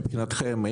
מבחינתכם,